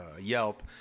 Yelp